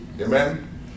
Amen